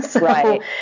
Right